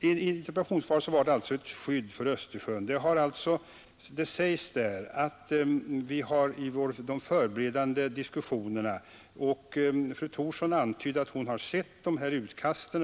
Fru Thorsson antydde att hon hade sett ett utkast till ett förslag till nya regler.